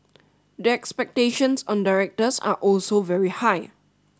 the expectations on directors are also very high